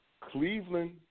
Cleveland